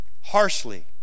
harshly